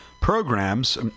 programs